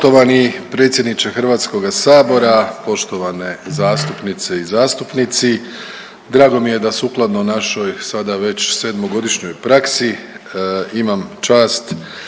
Poštovani predsjedniče HS, poštovane zastupnice i zastupnici. Drago mi je da sukladno našoj sada već 7-godišnjoj praksi imam čast